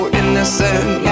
innocent